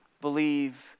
believe